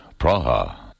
Praha